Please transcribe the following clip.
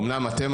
אמנם אתם,